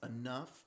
enough